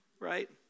right